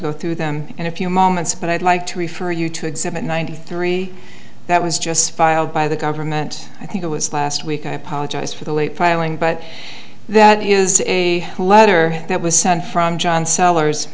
go through them in a few moments but i'd like to refer you to exhibit ninety three that was just filed by the government i think it was last week i apologize for the late filing but that is a letter that was sent from john sellers